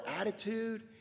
attitude